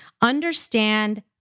understand